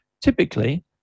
Typically